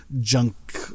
junk